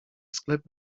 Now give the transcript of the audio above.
sklep